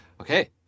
Okay